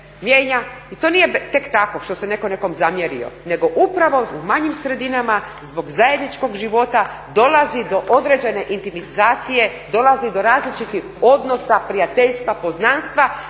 i to nije tek tako što se netko nekom zamjerio, nego upravo u manjim sredinama zbog zajedničkog života dolazi do određene intimizacije, dolazi do različitih odnosa prijateljstva, poznanstva